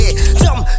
Jump